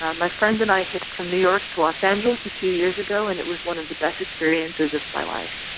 um my friend and i hitched from new york to los angeles a few years ago and it was one of the best experiences of my life.